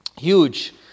huge